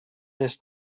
this